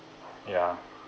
ya